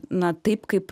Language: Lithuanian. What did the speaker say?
na taip kaip